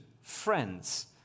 friends